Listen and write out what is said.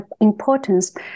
importance